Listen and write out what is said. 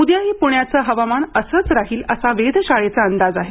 उद्याही पुण्याचं हवामान असंच राहील असा वेधशाळेचा अंदाज आहे